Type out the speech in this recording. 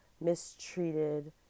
mistreated